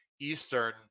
Eastern